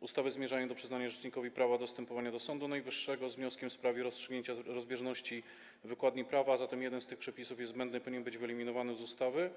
ustawy zmierzają do przyznania rzecznikowi prawa do występowania do Sądu Najwyższego z wnioskiem w sprawie rozstrzygnięcia rozbieżności wykładni prawa, a zatem jeden z tych przepisów jest zbędny i powinien być wyeliminowany z ustawy.